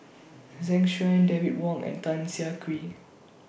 Zeng Shouyin David Wong and Tan Siah Kwee